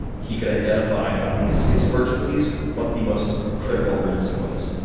he could identify of these six emergencies, what the most critical emergency was,